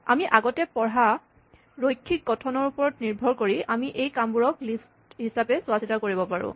আমি আগতে পঢ়া ৰৈখিক গঠনৰ ওপৰত নিৰ্ভৰ কৰি আমি এই কামবোৰক লিষ্ট হিচাপে চোৱাচিতা কৰিব পাৰোঁ